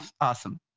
awesome